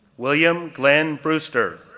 william glenn brewster,